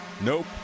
Nope